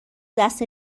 دست